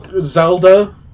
Zelda